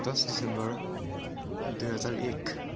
दस दिसम्बर दुई हजार एक